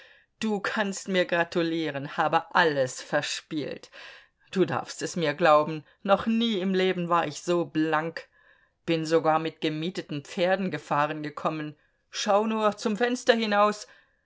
du kannst mir gratulieren habe alles verspielt du darfst es mir glauben noch nie im leben war ich so blank bin sogar mit gemieteten pferden gefahren gekommen schau nur zum fenster hinaus